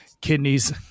Kidneys